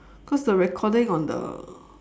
cause the recording on the